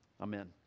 Amen